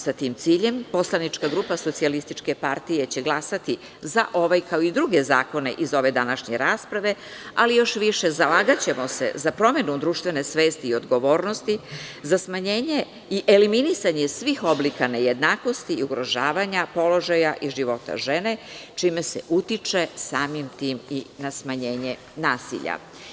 Sa tim ciljem, poslanička grupa SPS će glasati za ovaj, kao i druge zakone, iz ove današnje rasprave, ali još više, zalagaćemo se za promenu društvene svesti i odgovornost, za smanjenje i eliminisanje svih oblika nejednakosti i ugrožavanja položaja i života žene, čime se utiče samim tim i na smanjenje nasilja.